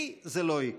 לי זה לא יקרה.